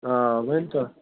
آ ؤنۍتَو